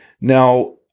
Now